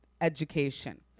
Education